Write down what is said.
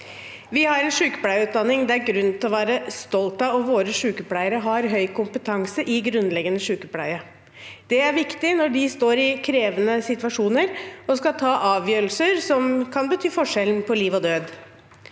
Vi har en sykepleierutdanning det er grunn til å være stolt av, og våre sykepleiere har høy kompetanse i grunnleggende sykepleie. Det er viktig når de står i krevende situasjoner og skal ta avgjørelser som kan bety forskjellen på liv og død.